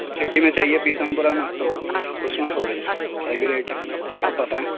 city میں چاہیے Pitampura میں تو اس میں تھوڑی ہیوی ریٹ ہے آپ بتائیں